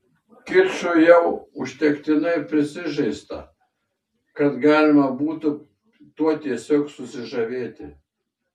kiču jau užtektinai prisižaista kad galima būtų tuo tiesiog susižavėti